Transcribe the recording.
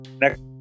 Next